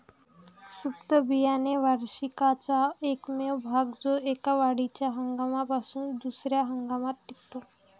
सुप्त बियाणे वार्षिकाचा एकमेव भाग जो एका वाढीच्या हंगामापासून दुसर्या हंगामात टिकतो